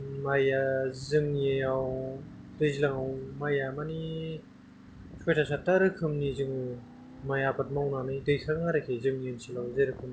माइया जोंनियाव दैज्लाङाव माइया मानि सयथा सातथा रोखोमनि जों माइ आबाद मावनानै दैखाङो आरोखि जोंनि ओनसोलाव बेबायदिनो